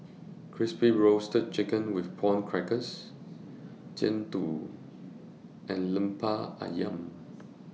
Crispy Roasted Chicken with Prawn Crackers Jian Dui and Lemper Ayam